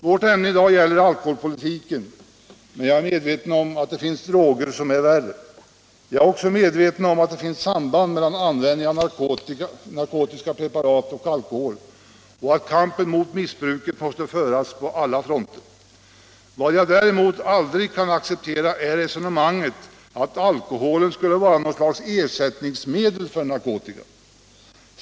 Vårt ämne i dag gäller alkoholpolitiken, men jag är medveten om att det finns droger som är värre än alkohol. Jag är också medveten om att det finns samband mellan användning av narkotiska preparat och av alkohol och att kampen mot missbruket måste föras på alla fronter. Vad jag däremot aldrig kan acceptera är resonemanget att alkoholen skulle vara något slags ersättningsmedel för narkotika.